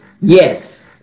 yes